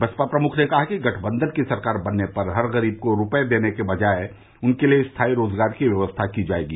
बसपा प्रमुख ने कहा कि गठबंधन की सरकार बनने पर हर गरीब को रूपये देने के बजाय उनके लिये स्थायी रोजगार की व्यवस्था की जायेगी